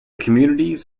communities